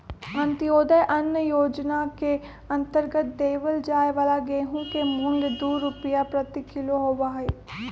अंत्योदय अन्न योजना के अंतर्गत देवल जाये वाला गेहूं के मूल्य दु रुपीया प्रति किलो होबा हई